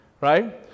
Right